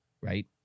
right